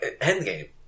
Endgame